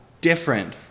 different